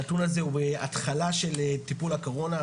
הנתון הזה הוא התחלה של טיפול הקורונה,